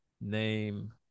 Name